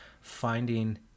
finding